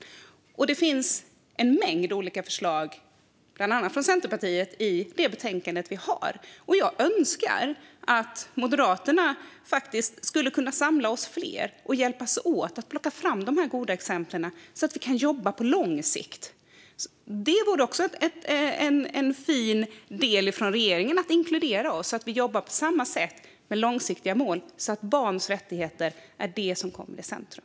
Jag vill skicka med att det finns en mängd olika förslag, bland annat från Centerpartiet, i betänkandet. Jag önskar att Moderaterna faktiskt skulle kunna samla fler av oss, så att vi kan hjälpas åt att plocka fram de goda exemplen och så att vi kan jobba på lång sikt. Det vore också fint av regeringen om man inkluderade oss, så att vi jobbar på samma sätt med långsiktiga mål, så att barns rättigheter kommer i centrum.